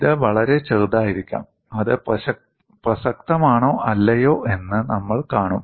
ഇത് വളരെ ചെറുതായിരിക്കാം അത് പ്രസക്തമാണോ അല്ലയോ എന്ന് നമ്മൾ കാണും